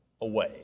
away